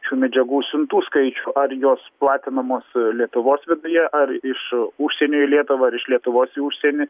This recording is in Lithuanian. šių medžiagų siuntų skaičių ar jos platinamos lietuvos viduje ar iš užsienio į lietuvą ar iš lietuvos į užsienį